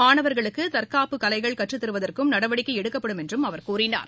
மாணவர்களுக்கு தற்காப்பு கலைகள் கற்றுத்தருவதற்கும் நடவடிக்கை எடுக்கப்படும் என்றும் திரு செங்கோட்டையன் கூறினார்